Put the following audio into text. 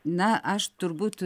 na aš turbūt